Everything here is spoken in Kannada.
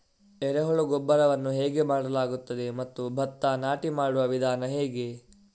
ಎರೆಹುಳು ಗೊಬ್ಬರವನ್ನು ಹೇಗೆ ಮಾಡಲಾಗುತ್ತದೆ ಮತ್ತು ಭತ್ತ ನಾಟಿ ಮಾಡುವ ವಿಧಾನ ಹೇಗೆ?